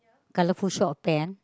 colourful shop and